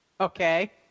Okay